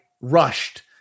rushed